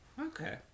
Okay